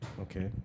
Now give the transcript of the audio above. okay